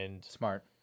Smart